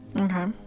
Okay